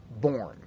born